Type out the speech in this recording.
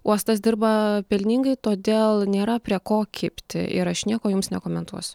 uostas dirba pelningai todėl nėra prie ko kibti ir aš nieko jums nekomentuosiu